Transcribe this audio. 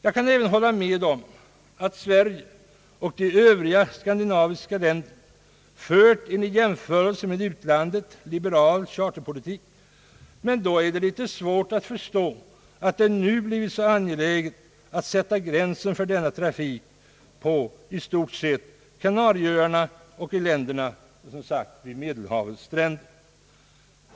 Jag kan även hålla med om att Sverige och de övriga nordiska länderna fört en i jämförelse med utlandet liberal charterpolitik, men då är det svårt att förstå att det nu blivit så angeläget att begränsa denna trafik till Kanarieöarna och till länderna vid Medelhavets stränder.